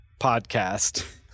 podcast